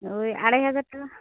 ওই আড়াই হাজার টাকা